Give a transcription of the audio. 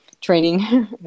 training